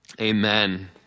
amen